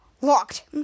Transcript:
locked